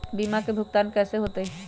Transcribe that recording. बीमा के भुगतान कैसे होतइ?